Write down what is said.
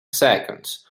seconds